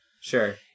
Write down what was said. Sure